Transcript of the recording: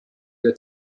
der